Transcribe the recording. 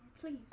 Please